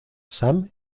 sam